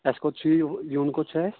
اَسہِ کوٚت چھُ یہِ یُن کوٚت چھُ اَسہِ